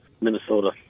Minnesota